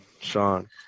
Sean